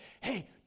hey